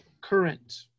Current